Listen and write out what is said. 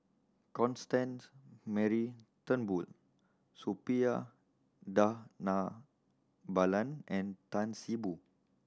Constance Mary Turnbull Suppiah Dhanabalan and Tan See Boo